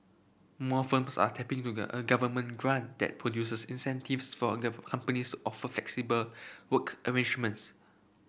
more firms are tapping to a Government grant that produces incentives for companies offer flexible work arrangements